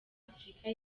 afurika